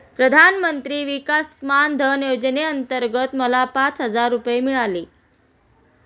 प्रधानमंत्री किसान मान धन योजनेअंतर्गत मला पाच हजार रुपये मिळाले